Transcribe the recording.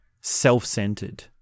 self-centered